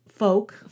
Folk